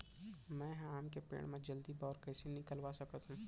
मैं ह आम के पेड़ मा जलदी बौर कइसे निकलवा सकथो?